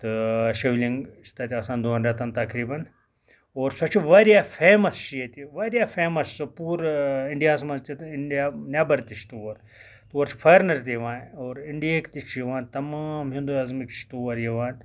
تہٕ شِولِنٛگ چھِ تَتہِ آسان دۄن رٮ۪تَن تَقریباً اور سۄ چھِ واریاہ فیمَس چھِ ییٚتہِ واریاہ فیمَس چھِ سۄ پوٗرٕ اِنڈیا ہَس مَنٛز تِتہِ اِنڈیا نٮ۪بَر تہٕ چھِ تور اور چھِ فارینَر تہِ یِوان اور اِنڈِیِاہٕکۍ تہٕ چھِ یِوان تَمام ہِندواَزمِک چھِ اور یِوان